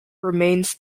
remains